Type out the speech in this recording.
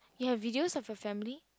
you have videos of your family